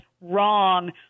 wrong